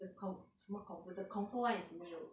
the kung 什么 kung fu 的 the kung fu [one] is new